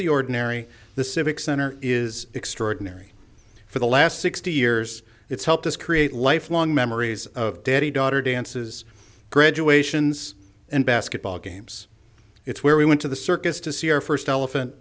the ordinary the civic center is extraordinary for the last sixty years it's helped us create lifelong memories of daddy daughter dances graduations and basketball games it's where we went to the circus to see our first elephant